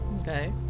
Okay